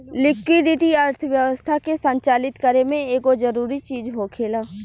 liquidity अर्थव्यवस्था के संचालित करे में एगो जरूरी चीज होखेला